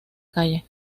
calle